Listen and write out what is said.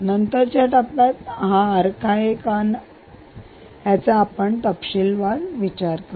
नंतरच्या टप्प्यात हे आर्क का आहे याचा तपशीलवार विचार करू